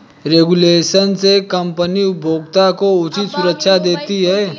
regulation से company उपभोक्ता को उचित सुरक्षा देती है